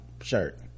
shirt